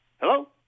Hello